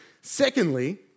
Secondly